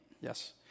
Yes